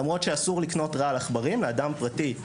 למרות שאסור לקנות רעל עכברים לאדם פרטי,